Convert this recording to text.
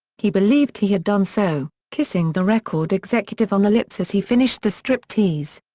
he believed he had done so, kissing the record executive on the lips as he finished the striptease.